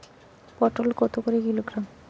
পটল কত করে কিলোগ্রাম?